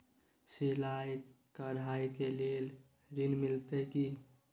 सिलाई, कढ़ाई के लिए ऋण मिलते की?